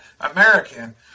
American